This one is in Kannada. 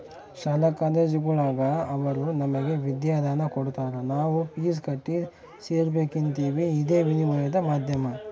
ಶಾಲಾ ಕಾಲೇಜುಗುಳಾಗ ಅವರು ನಮಗೆ ವಿದ್ಯಾದಾನ ಕೊಡತಾರ ನಾವು ಫೀಸ್ ಕಟ್ಟಿ ಸೇರಕಂಬ್ತೀವಿ ಇದೇ ವಿನಿಮಯದ ಮಾಧ್ಯಮ